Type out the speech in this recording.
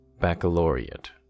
Baccalaureate